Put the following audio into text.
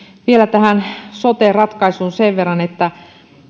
vielä tästä sote ratkaisusta sen verran että